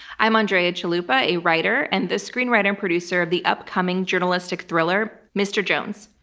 i'm andrea chalupa, a writer and the screenwriter and producer of the upcoming journalistic thriller mr. jones,